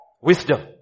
Wisdom